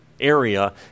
area